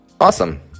Awesome